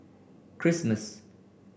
Christmas